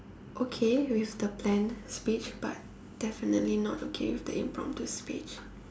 okay with the planned speech but definitely not okay with the impromptu speech